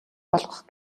болгох